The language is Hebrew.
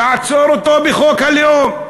לעצור אותו בחוק הלאום.